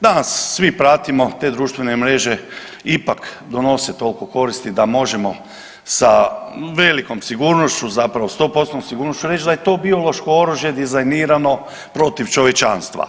Danas svi pratimo te društvene mreže, ipak donose toliko koristi da možemo sa velikom sigurnošću, zapravo 100%-tnom sigurnošću reć da je to biološko oružje dizajnirano protiv čovječanstva.